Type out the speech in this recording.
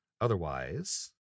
Otherwise